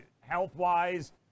health-wise